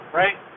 right